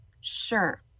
Sure